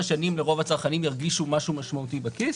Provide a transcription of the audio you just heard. שנים רוב הצרכנים ירגישו משהו משמעותי בכיס